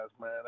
man